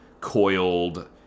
coiled